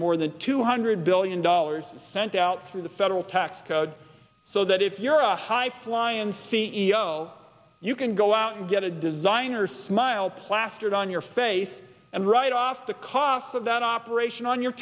more than two hundred billion dollars is sent out through the federal tax code so that if you're a high flying c e o you can go out and get a designer smile plastered on your face and write off the cost of that operation on your